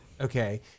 Okay